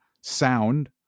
sound